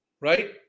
right